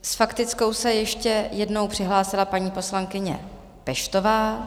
S faktickou se ještě jednou přihlásila paní poslankyně Peštová.